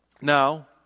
Now